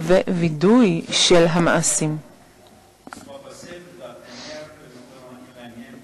ובכיכרות העיר, וכל זה בהנחייתה ובתמיכתה